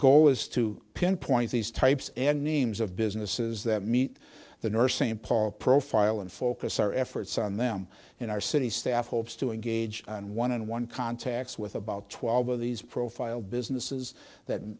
goal is to pinpoint these types and names of businesses that meet the nurse st paul profile and focus our efforts on them in our city staff hopes to engage in one on one contacts with about twelve of these profile businesses that